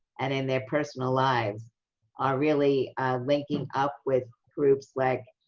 and in their personal lives are really linking up with groups like